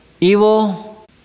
Evil